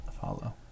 follow